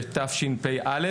בתשפ"א,